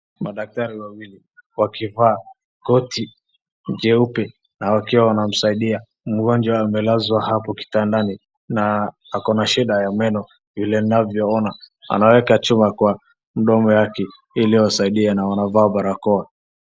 Madaktari wawili wakivaa koti jeupe na wakiwa wanamsaidia mgonjwa amelazwa hapo kitandani na akona shida ya meno vile ninavyoona. Anaweka chuma kwa mdomo yake ili wasaidie na wamevaa barakoa.